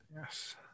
yes